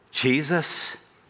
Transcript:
Jesus